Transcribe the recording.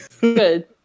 good